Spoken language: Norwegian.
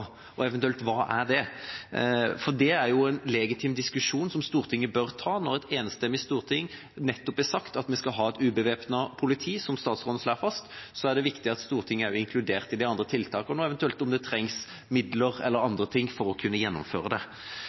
er eventuelt det? Det er en legitim diskusjon som Stortinget bør ta. Når et enstemmig storting nettopp har sagt at vi skal ha et ubevæpnet politi, som statsråden slår fast, er det viktig at Stortinget også er inkludert i de andre tiltakene, og eventuelt om det trengs midler eller annet for å kunne gjennomføre det.